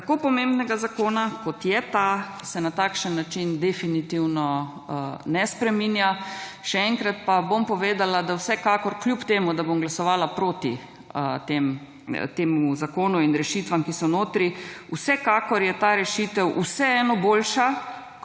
tako pomembnega zakona kot je ta se na takšen način definitivno ne spreminja. Še enkrat pa bom povedala, da vsekakor kljub temu, da bom glasovala proti temu zakonu in rešitvam, ki so notri, vsekakor je ta rešitev vseeno **53.